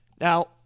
Now